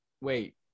wait